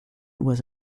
was